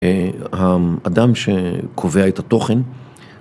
האדם שקובע את התוכן